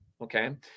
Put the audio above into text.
Okay